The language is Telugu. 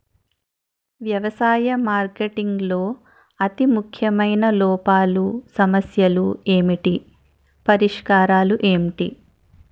వ్యవసాయ మార్కెటింగ్ లో అతి ముఖ్యమైన లోపాలు సమస్యలు ఏమిటి పరిష్కారాలు ఏంటి?